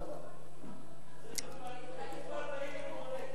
ההצעה לכלול את